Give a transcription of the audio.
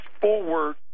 forward